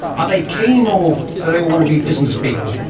are they keen or do they want to be business people?